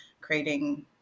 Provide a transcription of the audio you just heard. creating